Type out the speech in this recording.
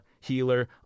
healer